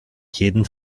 jeden